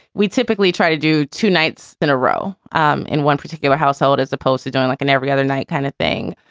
we typically try to do two nights in a row um in one particular household as opposed to doing like an every other night kind of thing.